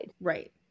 Right